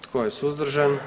Tko je suzdržan?